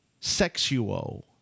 sexual